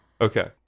Okay